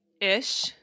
ish